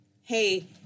Hey